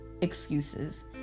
excuses